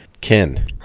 Ken